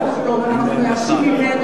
אנחנו מיואשים ממנו,